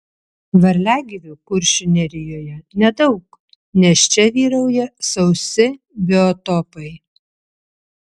varliagyvių kuršių nerijoje nedaug nes čia vyrauja sausi biotopai